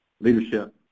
leadership